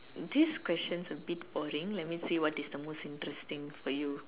this question's a bit boring let me see what is the most interesting for you